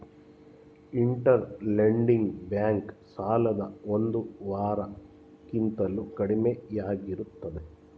inter lending bank ಸಾಲದ ಒಂದು ವಾರ ಕಿಂತಲೂ ಕಡಿಮೆಯಾಗಿರುತ್ತದೆ